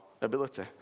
ability